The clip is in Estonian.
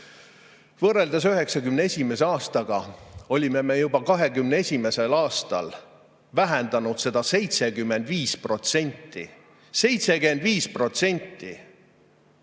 Võrreldes 1991. aastaga olime me juba 2021. aastal vähendanud seda 75%. 75%!